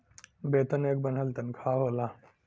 वेतन एक बन्हल तन्खा होला